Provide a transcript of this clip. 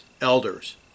elders